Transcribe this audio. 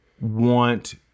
want